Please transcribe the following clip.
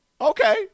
Okay